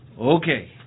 Okay